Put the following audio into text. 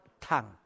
tongue